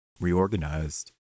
reorganized